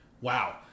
wow